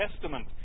Testament